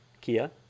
Kia